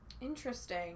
Interesting